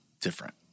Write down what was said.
different